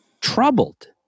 troubled